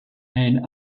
and